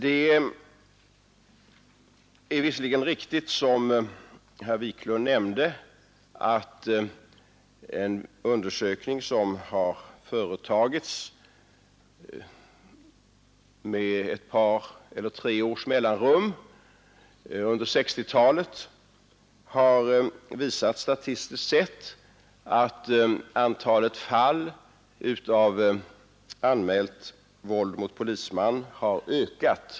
Det är visserligen riktigt, som herr Wiklund nämnde, att undersökningar som har företagits med ett par tre års mellanrum under 1960-talet statistiskt sett har visat att antalet fall av anmält våld mot polisman har ökat.